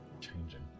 changing